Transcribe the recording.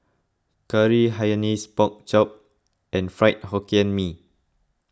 Curry Hainanese Pork Chop and Fried Hokkien Mee